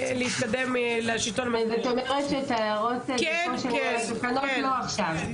את ההערות לגבי התקנות לא להעלות עכשיו?